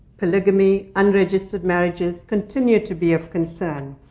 polygamy, unregistered marriages, continue to be of concern.